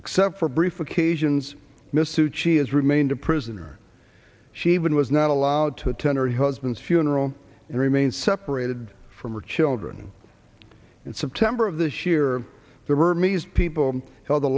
except for brief occasions missed suci has remained a prisoner she even was not allowed to attend her husband's funeral and remain separated from her children in september of this year there were means people held the